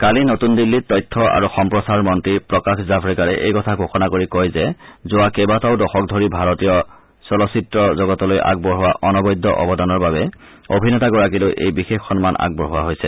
কালি নতন দিল্লীত তথ্য আৰু সম্প্ৰচাৰ মন্ত্ৰী প্ৰকাশ জাভ্ৰেকাৰে এই কথা ঘোষণা কৰি কয় যে যোৱা কেইবাটাও দশক ধৰি ভাৰতীয় চলচ্চিত্ৰ জগতলৈ আগবঢ়োৱা অনবদ্য অৱদানৰ বাবে অভিনেতাগৰাকীলৈ এই বিশেষ সন্মান আগবঢ়োৱা হৈছে